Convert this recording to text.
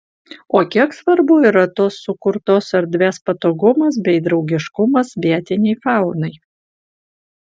o kiek svarbu yra tos sukurtos erdvės patogumas bei draugiškumas vietinei faunai